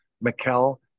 Mikel